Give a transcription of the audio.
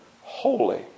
holy